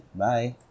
bye